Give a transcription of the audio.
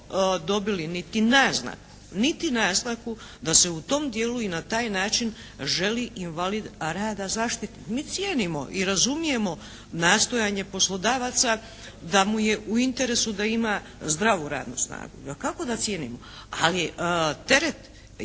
dobili niti naznaku, niti naznaku da se u tom dijelu i na taj način želi invalid rada zaštititi. Mi cijenimo i razumijemo nastojanje poslodavaca da mu je interesu da ima zdravu radnu snagu. Dakako da cijenimo. Ali teret i